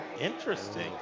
Interesting